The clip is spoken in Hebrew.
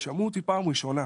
שמעו אותי פעם ראשונה.